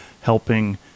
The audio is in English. helping